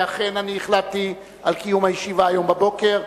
ואכן אני החלטתי על קיום הישיבה היום בבוקר.